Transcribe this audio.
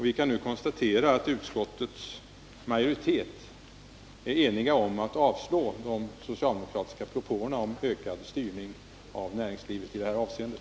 Vi kan nu konstatera att utskottets majoritet är enig om att avstyrka de socialdemokratiska propåerna om ökad styrning av näringslivet i det avseendet.